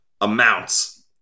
amounts